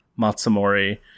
Matsumori